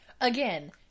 Again